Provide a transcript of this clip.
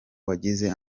wagizwe